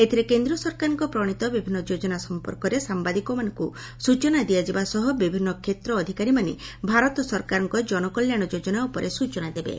ଏଥିରେ କେନ୍ଦ୍ର ସରକାରଙ୍କ ପ୍ରଶିତ ବିଭିନ୍ନ ଯୋଜନା ସଂପର୍କରେ ସାମ୍ଘାଦିକମାନଙ୍କୁ ସୂଚନା ଦିଆଯିବା ସହ ବିଭିନ୍ନ କ୍ଷେତ୍ର ଅଧିକାରୀମାନେ ଭାରତ ସରକାରଙ୍କ ଜନକଲ୍ୟାଶ ଯୋଜନା ଉପରେ ସୂଚନା ଦେବେ